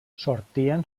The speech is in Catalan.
sortien